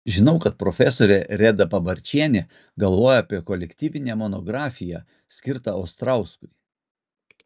žinau kad profesorė reda pabarčienė galvoja apie kolektyvinę monografiją skirtą ostrauskui